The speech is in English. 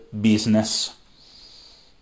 business